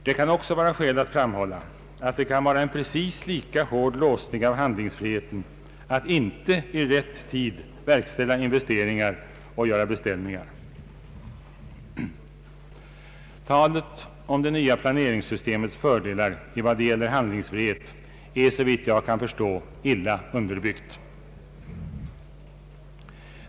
Det kan också vara skäl att framhålla att det kan vara en precis lika hård låsning av handlingsfriheten att inte i rätt tid verkställa investeringar och göra beställningar. Talet om det nya planeringssystemets fördelar vad gäller handlingsfrihet är, såvitt jag kan förstå, illa underbyggt.